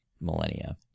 millennia